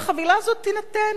והחבילה הזאת תינתן,